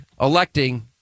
electing